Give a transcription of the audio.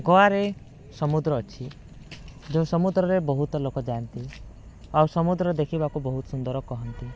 ଗୋଆରେ ସମୁଦ୍ର ଅଛି ଯେଉଁ ସମୁଦ୍ରରେ ବହୁତ ଲୋକ ଯାଆନ୍ତି ଆଉ ସମୁଦ୍ର ଦେଖବାକୁ ସୁନ୍ଦର କହନ୍ତି